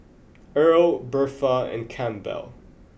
Earl Birtha and Campbell